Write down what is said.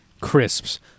crisps